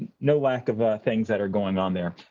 no lack of ah things that are going on there.